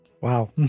Wow